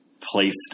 placed